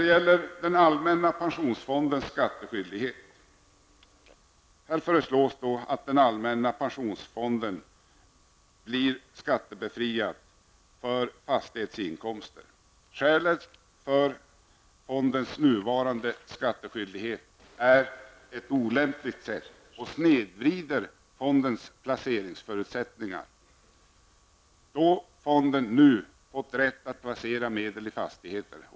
Beträffande Allmänna pensionsfondens skattskyldighet föreslås att fonden blir befriad från skattskyldigheten för fastighetsinkomster. Skälet är att fondens nuvarande skattskyldighet på ett olämpligt sätt snedvrider fondens placeringsförutsättningar, då fonden nu fått rätt att placera medel i fastigheter.